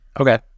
Okay